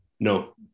No